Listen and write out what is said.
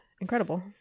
Incredible